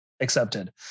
Accepted